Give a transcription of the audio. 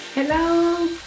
Hello